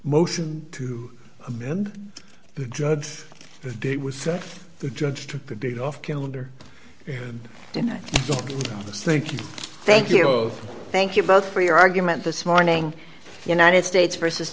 motion to amend the judge the date was set the judge took the date off calendar and then i think you thank you thank you both for your argument this morning united states versus